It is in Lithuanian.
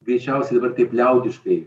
greičiausiai taip liaudiškai